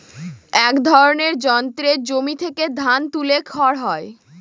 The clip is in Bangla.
এক ধরনের যন্ত্রে জমি থেকে ধান তুলে খড় হয়